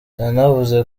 yanavuze